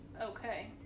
Okay